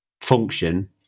function